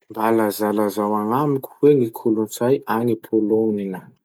Mba lazalazao agnamiko hoe ny kolotsay agny Polonina?